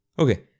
Okay